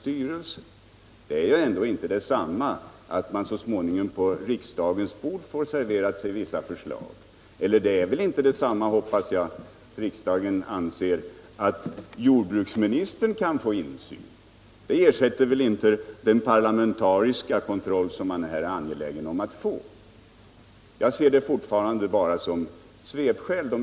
Det är ju ändå inte detsamma att man så småningom på riksdagens bord får sig vissa förslag serverade. Och det är väl inte detsamma, hoppas jag riksdagen anser, att jordbruksministern kan få insyn. Det ersätter väl inte den parlamentariska kontakt som man här är angelägen om att få? De invändningar som gjorts ser jag fortfarande bara som svepskäl.